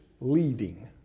leading